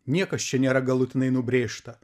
niekas čia nėra galutinai nubrėžta